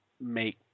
make